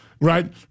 right